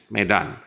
Medan